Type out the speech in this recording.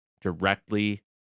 directly